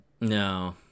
No